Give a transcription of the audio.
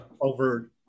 Over